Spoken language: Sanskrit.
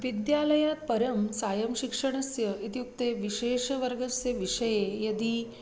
विद्यालयात् परं सायं शिक्षणस्य इत्युक्ते विशेषवर्गस्य विषये यदि